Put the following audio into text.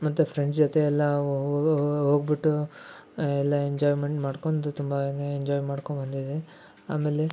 ಮತ್ತು ಫ್ರೆಂಡ್ಸ್ ಜೊತೆ ಎಲ್ಲಾ ಹೊ ಹೋಗ್ಬಿಟ್ಟು ಎಲ್ಲಾ ಎಂಜಾಯ್ಮೆಂಟ್ ಮಾಡ್ಕೊಂದು ತುಂಬಾನೆ ಎಂಜಾಯ್ ಮಾಡ್ಕೊಂಡ್ ಬಂದಿದ್ದೆ ಆಮೇಲೆ